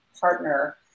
partner